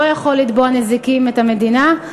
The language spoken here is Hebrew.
לא יכול לתבוע בנזיקים את המדינה.